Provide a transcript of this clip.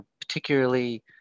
particularly